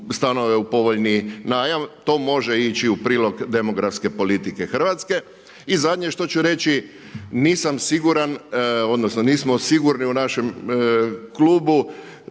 stanove u povoljni najam. To može ići u prilog demografske politike Hrvatske. I zadnje što ću reći nisam siguran, odnosno nismo sigurni u našem klubu